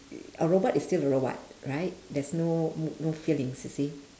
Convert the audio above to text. a robot is still a robot right there's no no feelings you see